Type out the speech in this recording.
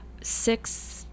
six